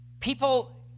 People